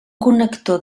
connector